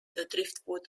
driftwood